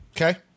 Okay